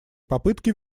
попытки